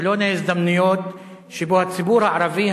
חלון ההזדמנויות שבו הציבור הערבי,